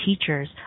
teachers